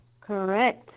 Correct